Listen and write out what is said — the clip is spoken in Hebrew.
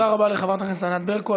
תודה רבה לחברת הכנסת ענת ברקו.